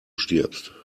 stirbst